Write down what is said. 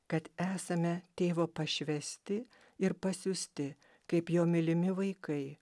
kad esame tėvo pašvęsti ir pasiųsti kaip jo mylimi vaikai